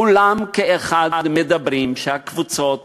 כולם כאחד אומרים שהקבוצות